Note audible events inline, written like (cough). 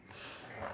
(breath)